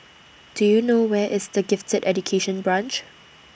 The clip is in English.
Do YOU know Where IS The Gifted Education Branch